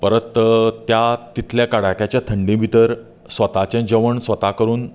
परत त्या तितल्या कड्याक्याच्या थंडे भितर स्वताचे जेवण स्वता करून